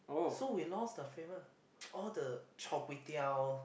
so we lost the flavor all the Char-Kway-Teow